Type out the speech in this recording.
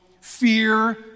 fear